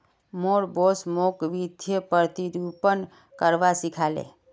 मोर बॉस मोक वित्तीय प्रतिरूपण करवा सिखा ले